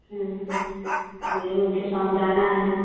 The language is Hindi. हम्म मुझे उनके साथ जाना है